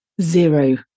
zero